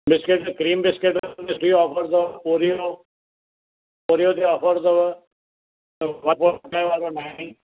biscuit cream बिस्केटनि ते सुठी ऑफर अथव ओरियो ओरियो ते ऑफर अथव